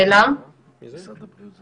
יש בעיה עם זה?